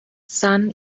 sun